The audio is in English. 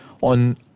on